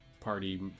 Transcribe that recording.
party